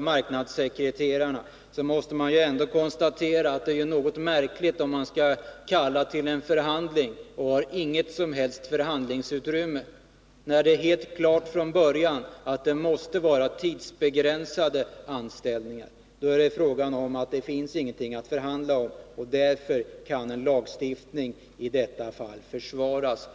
marknadssekreterarna måste man konstatera att det är något märkligt att kalla till en förhandling utan att ha något som helst förhandlingsutrymme. Det är helt klart från början att det måste vara tidsbegränsade anställningar. Då finns det ingenting att förhandla om, och därför kan en lagstiftning om dessa anställningsvillkor i detta fall försvaras.